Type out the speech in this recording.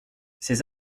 ces